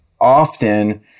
often